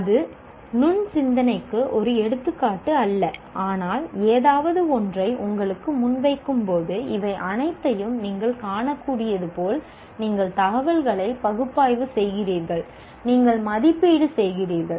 இது நுண் சிந்தனைக்கு ஒரு எடுத்துக்காட்டு அல்ல ஆனால் ஏதாவது ஒன்றை உங்களுக்கு முன்வைக்கும்போது இவை அனைத்தையும் நீங்கள் காணக்கூடியது போல் நீங்கள் தகவல்களை பகுப்பாய்வு செய்கிறீர்கள் நீங்களும் மதிப்பீடு செய்கிறீர்கள்